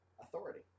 authority